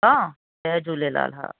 ठीक आहे जय झूलेलाल हा